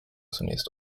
zunächst